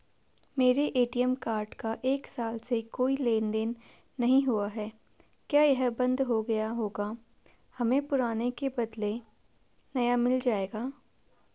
मेरा ATM card का एक साल से कोई लेन देन नहीं हुआ है क्या यह बन्द हो गया होगा हमें पुराने के बदलें नया मिल जाएगा?